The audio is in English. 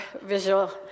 visual